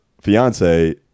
fiance